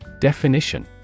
Definition